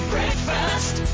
Breakfast